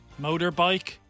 Motorbike